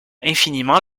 infiniment